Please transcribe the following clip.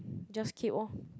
just keep orh